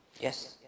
Yes